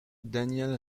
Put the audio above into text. daniel